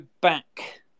back